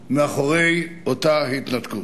שעמד מאחורי אותה התנתקות.